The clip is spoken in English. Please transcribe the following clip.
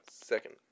second